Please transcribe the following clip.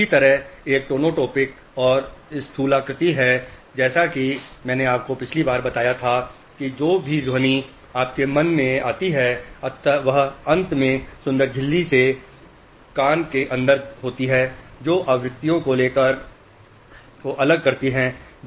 इसी तरह एक टोनोटोपिक और स्थलाकृतिक है जैसा कि मैंने आपको पिछली बार बताया था कि जो भी ध्वनि आपके कान में जाती है वह अंत में सुंदर झिल्ली से जो कान के अंदर होती है जो आवृत्तियों को अलग करती है